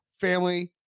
family